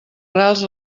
rals